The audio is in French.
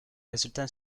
résultats